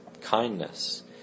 kindness